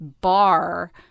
bar